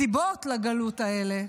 בין יתר הסיבות לגלות הזו,